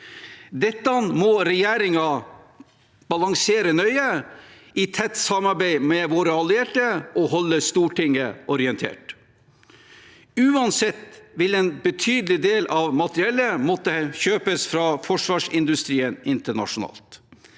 Dette må regjeringen balansere nøye, i tett samarbeid med våre allierte, og holde Stortinget orientert om. Uan sett vil en betydelig del av materiellet måtte kjøpes fra forsvarsindustrien internasjonalt.